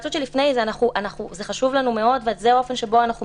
ההיוועצות שלפני זה חשובה לנו מאוד וזה האופן שבו אנחנו מתנהלים,